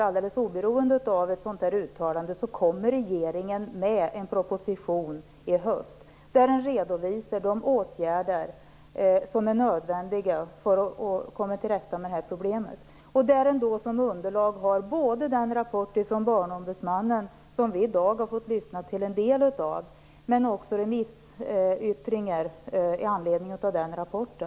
Alldeles oberoende av ett sådant uttalande kommer regeringen att lägga fram en proposition i höst där man redovisar de åtgärder som är nödvändiga för att komma till rätta med problemet. Som underlag har då regeringen den rapport från Barnombudsmannen som vi i dag har fått lyssna till en del av och också tillgång till remissyttranden i anledning av denna rapport.